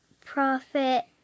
prophet